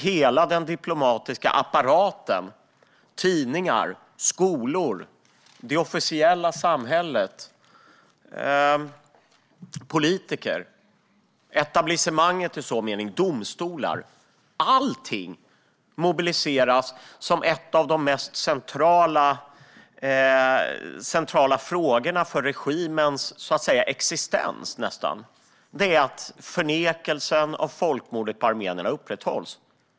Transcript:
Hela den diplomatiska apparaten, tidningar, skolor, det officiella samhället, politiker, etablissemanget, domstolar - allting mobiliseras som om det mest centrala för regimens existens är att förnekelsen av folkmordet på armenierna upprätthålls.